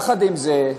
עם זאת,